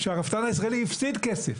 שהרפתן הישראלי הפסיד כסף.